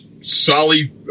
Solly